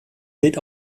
gilt